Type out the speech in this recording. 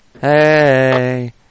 Hey